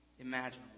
Imagine